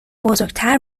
بزرگتر